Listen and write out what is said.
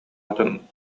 атын